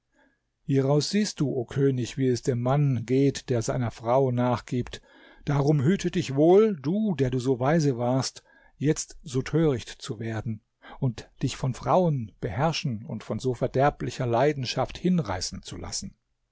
hieraus siehst du o könig wie es dem mann geht der seiner frau nachgibt darum hüte dich wohl du der du so weise warst jetzt so töricht zu werden und dich von frauen beherrschen und von so verderblicher leidenschaft hinreißen zu lassen